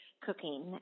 cooking